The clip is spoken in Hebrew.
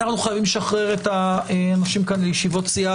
אנחנו חייבים לשחרר את האנשים כאן לישיבות סיעה.